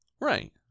Right